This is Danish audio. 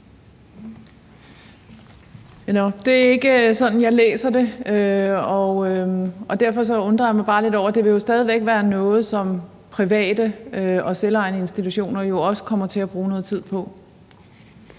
det er ikke sådan, jeg læser det. Derfor undrer jeg mig bare lidt over det, for det vil jo stadig væk være noget, som private og selvejende institutioner også kommer til at bruge noget tid på.